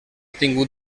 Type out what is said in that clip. tingut